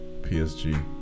PSG